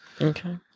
Okay